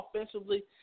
offensively